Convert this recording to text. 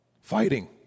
Fighting